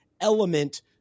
element